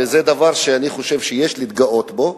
וזה דבר שאני חושב שיש להתגאות בו,